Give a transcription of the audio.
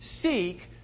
seek